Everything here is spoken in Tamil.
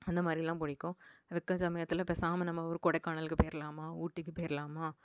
அந்தமாதிரிலாம் பிடிக்கும் வெக்கை சமயத்தில் பேசாமல் நம்ம ஒரு கொடைக்கானலுக்கு போயிர்லாமா ஊட்டிக்கு போயிர்லாமா